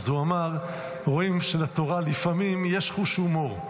אז הוא אמר: רואים שלתורה לפעמים יש חוש הומור.